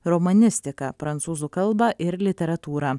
romanistiką prancūzų kalbą ir literatūrą